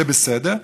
זה בסדר,